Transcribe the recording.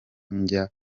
njya